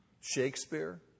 Shakespeare